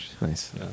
Nice